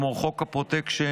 כמו חוק הפרוטקשן,